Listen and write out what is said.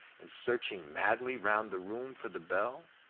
and searching madly round the room for the bell.